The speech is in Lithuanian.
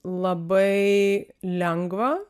labai lengva